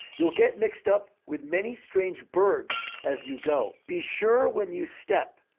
you'll get mixed up with many strange birds as you go. be sure when you step,